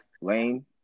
lame